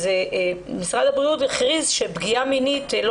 אז משרד הבריאות הכריז שפגיעה מינית לא